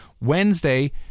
Wednesday